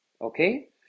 Okay